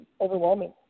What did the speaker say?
overwhelming